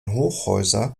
hochhäuser